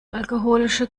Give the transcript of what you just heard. alkoholische